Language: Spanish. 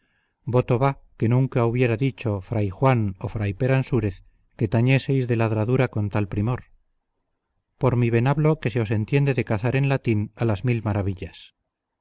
voto va que nunca hubiera dicho fray juan o fray peransúrez que tañeseis de ladradura con tal primor por mi venablo que se os entiende de cazar en latín a las mil maravillas